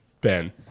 Ben